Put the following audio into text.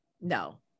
No